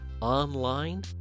online